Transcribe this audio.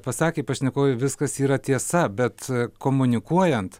pasakė pašnekovė viskas yra tiesa bet komunikuojant